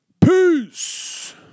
peace